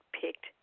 picked